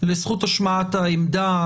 לזכות השמעת העמדה,